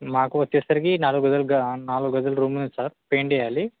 మాకు వచ్చేసరికి నాలుగుజలుగా నాలుగుదులు రూమ్ ఉంది సార్ పెయింట్ వేయ్యాలి